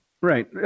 Right